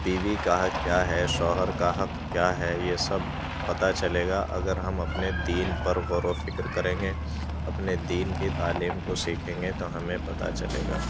بیوی کا حق کیا ہے شوہر کا حق کیا ہے یہ سب پتا چلے گا اگر ہم اپنے دین پر غور و فکر کریں گے اپنے دین کی تعلیم کو سیکھیں گے تو ہمیں پتا چلے گا